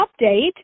update